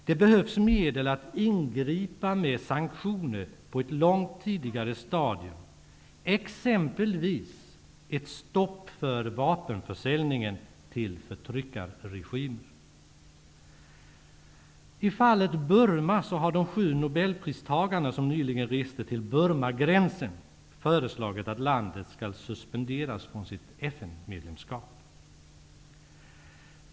Det behövs medel att ingripa med sanktioner på ett långt tidigare stadium, exempelvis ett stopp för vapenförsäljningen till förtryckarregimer. I fallet Burma har de sju nobelpristagarna som nyligen reste till Burmagränsen föreslagit att landet skall suspenderas från sitt FN-medlemskap.